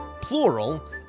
plural